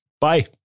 Bye